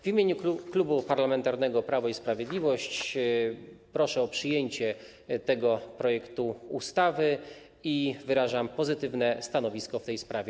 W imieniu Klubu Parlamentarnego Prawo i Sprawiedliwość proszę o przyjęcie tego projektu ustawy i wyrażam pozytywne stanowisko w tej sprawie.